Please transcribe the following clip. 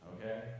Okay